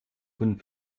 von